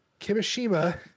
Kimishima